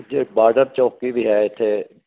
ਜੇ ਬਾਰਡਰ ਚੌਂਕੀ ਵੀ ਹੈ